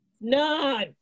None